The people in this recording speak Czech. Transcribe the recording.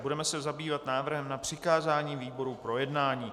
Budeme se zabývat návrhem na přikázání výboru k projednání.